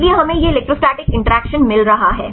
इसलिए हमें यह इलेक्ट्रोस्टैटिक इंटरैक्शन मिल रहा है